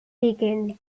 weekends